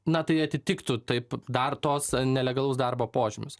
na tai atitiktų taip dar tos nelegalaus darbo požymius